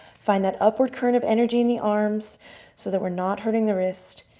find that upward current of energy in the arms so that we're not hurting the wrists.